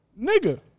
nigga